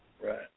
Right